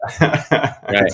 right